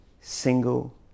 single